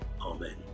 Amen